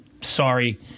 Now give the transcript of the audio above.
sorry